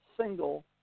Single